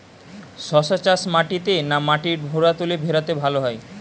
শশা চাষ মাটিতে না মাটির ভুরাতুলে ভেরাতে ভালো হয়?